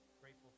grateful